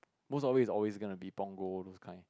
most of it is always gonna be Punggol all those kind